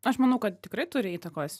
aš manau kad tikrai turi įtakos